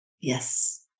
yes